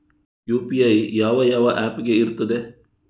UPI ಯಾವ ಯಾವ app ಗೆ ಇರ್ತದೆ?